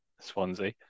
Swansea